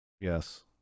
Yes